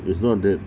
it's not that